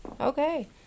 okay